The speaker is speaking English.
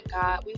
God